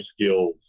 skills